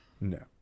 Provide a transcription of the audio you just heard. No